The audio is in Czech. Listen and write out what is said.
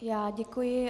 Já děkuji.